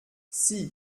six